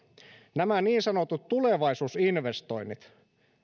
nämä niin sanotut tulevaisuusinvestoinnit